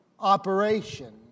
operation